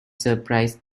surprise